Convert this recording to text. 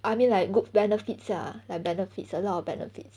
I mean like good benefits lah like benefits a lot of benefits